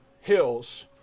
hills